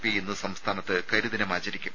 P ഇന്ന് സംസ്ഥാനത്ത് കരിദിനം ആചരിക്കും